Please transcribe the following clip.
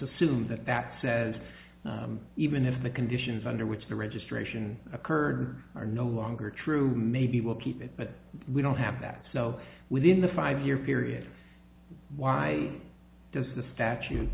assume that that says even if the conditions under which the registration occurred are no longer true maybe we'll keep it but we don't have that so within the five year period why does the statu